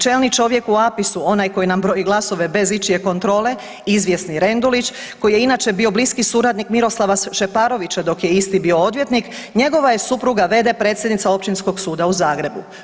Čelni čovjek u APIS-u onaj koji nam broji glasove bez ičije kontrole izvjesni Rendulić koji je inače bio bliski suradnik Miroslava Šeparovića dok je isti bio odvjetnik njegova je supruga v.d. predsjednica Općinskog suda u Zagrebu.